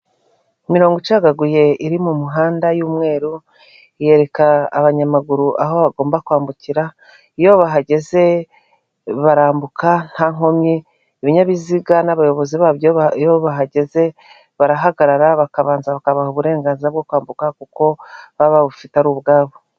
Imirongo icagaguye iri mu muhanda y'umweru yereka abanyamaguru aho bagomba kwambukira, iyo bahageze barambuka nta nkomyi ibinyabiziga n'abayobozi babyo iyo bahageze barahagarara bakabanza bakabaha uburenganzira bwo kwambuka kuko baba babufite ari ubwabo.